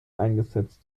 eingesetzt